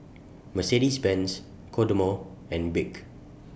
Mercedes Benz Kodomo and Bic